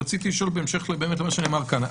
רציתי לשאול בהמשך למה שמה שנאמר כאן.